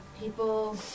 people